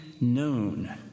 known